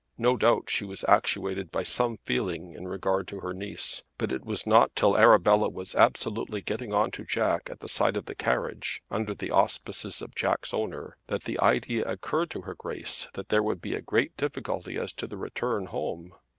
no doubt she was actuated by some feeling in regard to her niece but it was not till arabella was absolutely getting on to jack at the side of the carriage under the auspices of jack's owner that the idea occurred to her grace that there would be a great difficulty as to the return home.